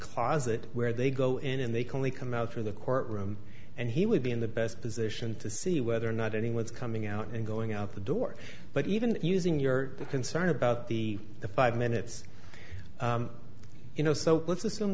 closet where they go in and they can only come out through the court room and he would be in the best position to see whether or not anyone's coming out and going out the door but even using your concern about the five minutes you know so let's assume